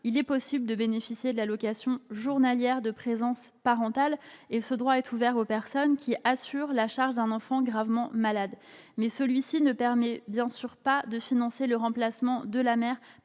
il est possible de bénéficier de l'allocation journalière de présence parentale ; ce droit est ouvert aux personnes qui assurent la charge d'un enfant gravement malade. Mais cette allocation ne permet bien sûr pas de financer le remplacement de la mère